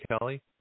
Kelly